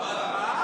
מה?